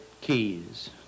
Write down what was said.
keys